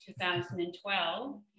2012